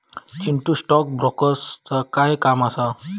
Chintu, stock ब्रोकरचा काय काम असा?